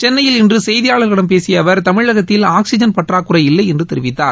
சென்னையில் இன்று செய்தியாளர்களிடம் பேசிய அவர் தமிழகத்தில் ஆக்சிஜன் பற்றாக்குறை இல்லை என்று தெரிவித்தார்